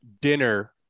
dinner